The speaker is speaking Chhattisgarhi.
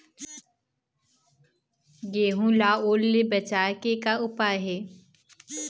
गेहूं ला ओल ले बचाए के का उपाय हे?